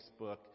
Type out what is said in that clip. Facebook